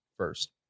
first